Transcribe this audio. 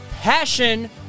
Passion